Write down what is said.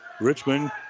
Richmond